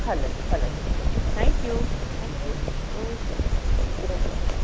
हलंदो हलंदो हलंदो थैंक्यू थैंक्यू ओके जय झूलेलाल